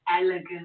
elegant